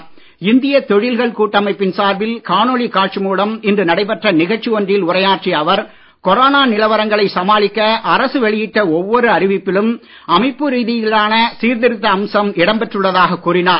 நிதி இந்திய தொழில்கள் கூட்டமைப்பின் சார்பில் காணொளி காட்சி மூலம் இன்று நடைபெற்ற நிகழ்ச்சி ஒன்றில் உரையாற்றிய அவர் கொரோனா நிலவரங்களை சமாளிக்க அரசு வெளியிட்ட ஒவ்வொரு அறிவிப்பிலும் அமைப்பு ரீதியிலான சீர்திருத்த அம்சம் இடம் பெற்றுள்ளதாகக் கூறினார்